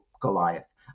Goliath